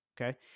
okay